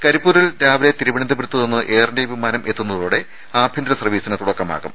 കരിപ്പൂരിൽ രാവിലെ തിരുവനന്തപുരത്ത് നിന്ന് എയർ ഇന്ത്യ വിമാനം എത്തുന്നതോടെ ആഭ്യന്തര സർവ്വീസിന് തുടക്കമാകും